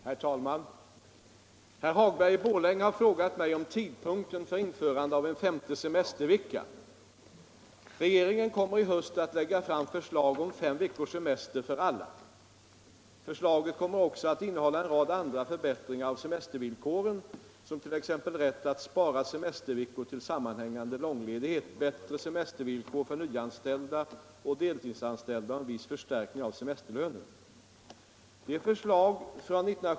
Herr talman! Herr Hagberg i Borlänge har frågat mig om tidpunkten för införande av en femte semestervecka. Regeringen kommer i höst att lägga fram förslag om fem veckors semester för alla. Förslaget kommer också att innehålla en rad andra förbättringar av semestervillkoren, 1. ex. rätt att spara semesterveckor till sammanhängande långledighet, bättre semestervillkor för nyanställda och deltidsanställda och en viss förstärkning av semesterlönen.